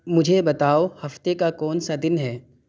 مجھے بتاؤ ہفتے کا کون سا دن ہے